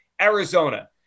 Arizona